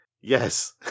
Yes